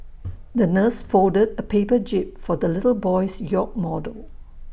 the nurse folded A paper jib for the little boy's yacht model